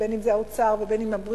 בין אם זה האוצר ובין אם הבריאות,